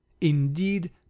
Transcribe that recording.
Indeed